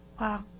Wow